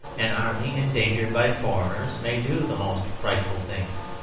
an army endangered by foreigners may do the most frightful things.